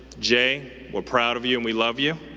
jay, we're proud of you and we love you.